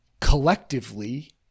collectively